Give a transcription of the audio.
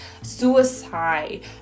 suicide